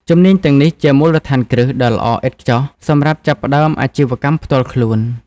ជំនាញទាំងនេះជាមូលដ្ឋានគ្រឹះដ៏ល្អឥតខ្ចោះសម្រាប់ចាប់ផ្តើមអាជីវកម្មផ្ទាល់ខ្លួន។